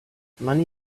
money